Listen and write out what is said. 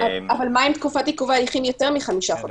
אבל מה אם תקופת עיכוב ההליכים היא יותר מחמישה חודשים?